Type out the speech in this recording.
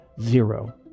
zero